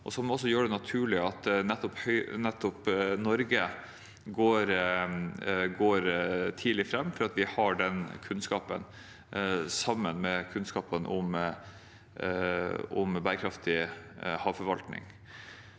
også gjør det naturlig at nettopp Norge er tidlig ute, fordi vi har den kunnskapen, sammen med kunnskapen om bærekraftig havforvaltning.